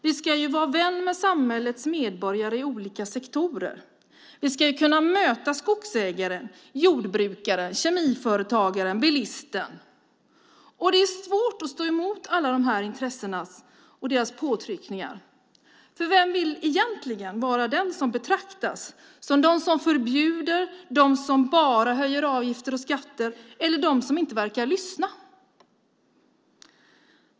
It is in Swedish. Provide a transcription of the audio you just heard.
Vi ska vara vänner med samhällets medborgare i olika sektorer. Vi ska kunna möta skogsägaren, jordbrukaren, kemiföretagaren och bilisten. Det är svårt att stå emot alla dessa intressen och påtryckningar. För vem vill betraktas som den som förbjuder, den som bara höjer avgifter och skatter eller den som inte verkar lyssna?